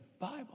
Bible